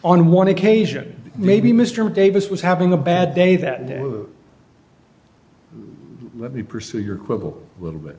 on one occasion maybe mr davis was having a bad day that let me pursue your quibble little bit